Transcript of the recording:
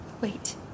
Wait